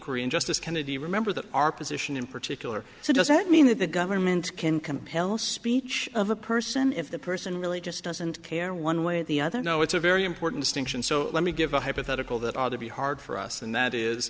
inquiry and justice kennedy remember that our position in particular so does that mean that the government can compel speech of a person if the person really just doesn't care one way or the other no it's a very important stinks and so let me give a hypothetical that ought to be hard for us and that is